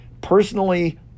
Personally